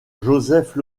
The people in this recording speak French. joseph